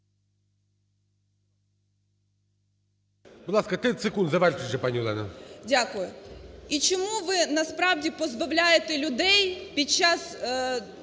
Дякую. І чому ви насправді позбавляєте людей, під час